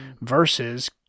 versus